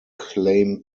claim